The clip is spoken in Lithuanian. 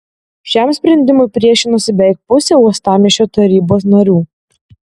šiam sprendimui priešinosi beveik pusė uostamiesčio tarybos narių